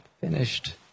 finished